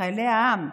חיילי העם,